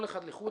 כל אחד לחוד,